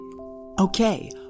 Okay